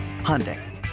Hyundai